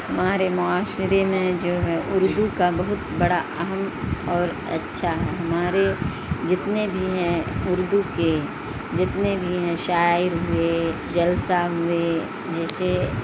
ہمارے معاشرے میں جو ہے اردو کا بہت بڑا اہم اور اچھا ہے ہمارے جتنے بھی ہیں اردو کے جتنے بھی ہیں شاعر ہوئے جلسہ ہوئے جیسے